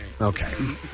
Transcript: Okay